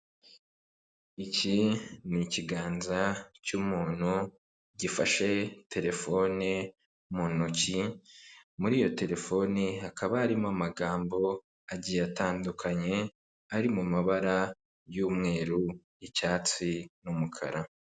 Iki ni ikiganza cy'umuntu gifashe terefone mu ntoki muri iyo terefone hakaba harimo amagambo agiye atandukanye ari mu mabara y'umweru. y'icyatsi n'umukara.